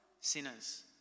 sinners